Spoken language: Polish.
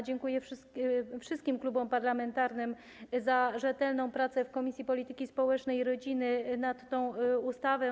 Dziękuję wszystkim klubom parlamentarnym za rzetelną pracę w Komisji Polityki Społecznej i Rodziny nad tą ustawą.